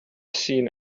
seen